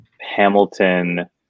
Hamilton